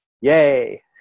Yay